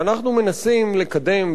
ואנחנו מנסים לקדם,